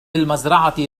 المزرعة